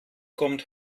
kommt